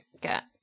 get